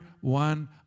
one